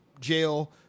jail